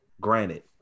granted